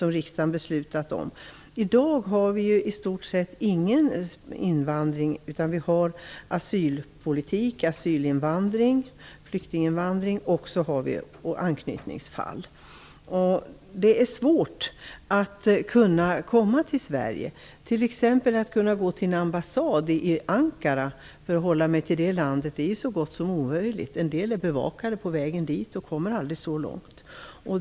I dag finns det i stort sett inte någon invandring. Det är fråga om asylpolitik, asylinvandring, flyktinginvandring och anknytningsfall. Det är svårt att komma till Sverige. Det är så gott som omöjligt att gå till ambassaden i Ankara - om jag skall hålla mig till det landet. En del bevakas på vägen och kommer aldrig så långt.